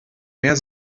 mehr